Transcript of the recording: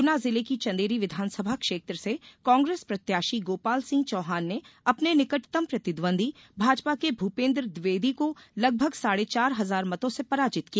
गुना जिले की चंदेरी विधानसभा क्षेत्र से कांग्रेस प्रत्याशी गोपाल सिंह चौहान ने अपने निकटतम प्रतिद्वंदी भाजपा के भूपेन्द्र द्विवेदी को लगभग साढ़े चार हजार मतों से पराजित किया